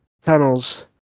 tunnels